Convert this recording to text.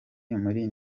muri